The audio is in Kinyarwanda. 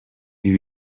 ibi